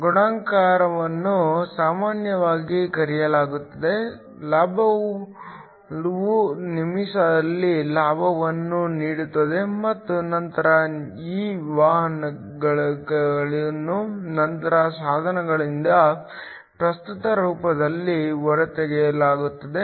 ಗುಣಾಕಾರವನ್ನು ಸಾಮಾನ್ಯವಾಗಿ ಕರೆಯಲಾಗುತ್ತದೆ ಲಾಭವು ನಿಮಿಷದಲ್ಲಿ ಲಾಭವನ್ನು ನೋಡುತ್ತದೆ ಮತ್ತು ನಂತರ ಈ ವಾಹಕಗಳನ್ನು ನಂತರ ಸಾಧನದಿಂದ ಪ್ರಸ್ತುತ ರೂಪದಲ್ಲಿ ಹೊರತೆಗೆಯಲಾಗುತ್ತದೆ